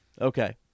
Okay